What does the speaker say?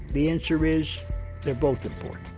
the answer is they are both important.